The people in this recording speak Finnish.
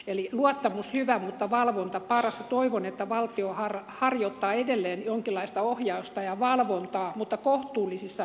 eli luottamus hyvä mutta valvonta paras ja toivon että valtio harjoittaa edelleen jonkinlaista ohjausta ja valvontaa mutta kohtuullisissa rajoissa